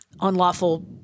unlawful